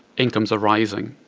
incomes are rising.